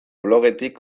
blogetik